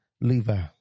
Levi